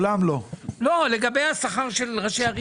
עכשיו לגבי הקיצוץ שהונח לפתחנו.